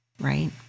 right